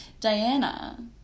Diana